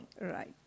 Right